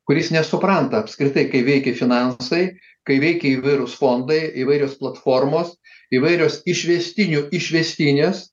kuris nesupranta apskritai kai veiki finansai kai veikia įvairūs fondai įvairios platformos įvairios išviestinių išvestinės